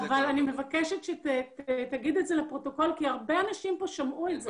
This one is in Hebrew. אבל אני מבקשת שתגיד את זה לפרוטוקול כי הרבה אנשים פה שמעו את זה.